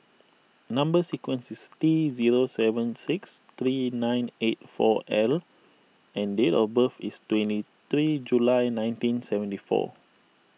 Number Sequence is T zero seven six three nine eight four L and date of birth is twenty three July nineteen seventy four